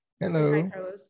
Hello